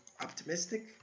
optimistic